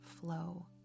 flow